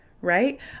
right